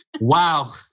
Wow